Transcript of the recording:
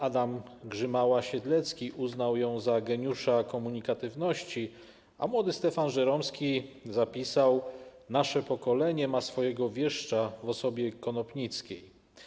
Adam Grzymała-Siedlecki uznał ją za geniusza komunikatywności, a młody Stefan Żeromski zapisał: Nasze pokolenie ma swojego wieszcza w osobie Konopnickiej.